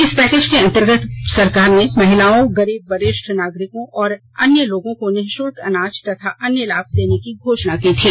इस पैकेज के अंतर्गत सरकार ने महिलाओं गरीब वरिष्ठ नागरिकों और अन्य लोगों को निःशुल्क अनाज तथा अन्य लाभदेने की घोषणा की थी